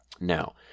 Now